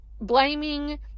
blaming